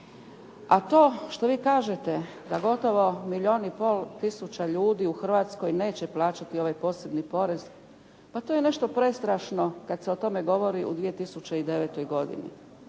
A to što vi kažete da gotovo milijon i pol tisuća ljudi u Hrvatskoj neće plaćati ovaj posebni porez. Pa to je nešto prestrašno kad se o tome govori u 2009. godini.